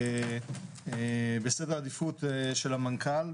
בסדר עדיפות של המנכ"ל.